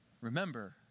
remember